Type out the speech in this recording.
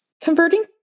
converting